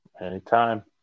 Anytime